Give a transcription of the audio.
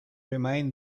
remain